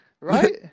right